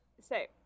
say